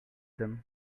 them